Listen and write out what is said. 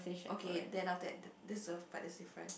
okay then after that the this the part that's different